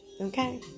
okay